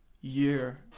year